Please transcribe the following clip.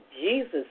Jesus